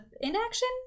inaction